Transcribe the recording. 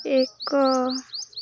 ଏକ